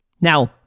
Now